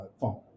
phone